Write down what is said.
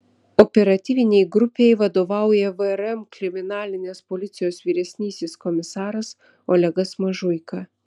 operatyvinei grupei vadovauja vrm kriminalinės policijos vyresnysis komisaras olegas mažuika